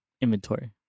inventory